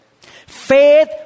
Faith